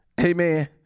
Amen